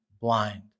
blind